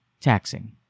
taxing